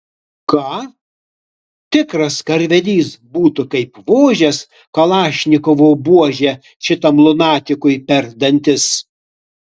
ką tikras karvedys būtų kaip vožęs kalašnikovo buože šitam lunatikui per dantis